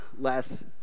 less